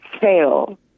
fail